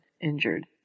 injured